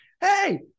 Hey